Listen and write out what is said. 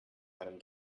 einem